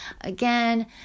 again